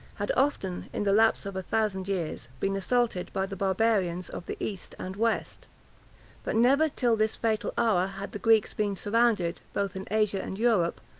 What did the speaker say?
had often, in the lapse of a thousand years, been assaulted by the barbarians of the east and west but never till this fatal hour had the greeks been surrounded, both in asia and europe,